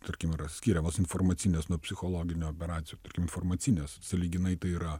tarkim yra skiriamos informacinės nuo psichologinių operacijų informacinės sąlyginai tai yra